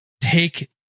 take